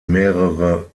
mehrere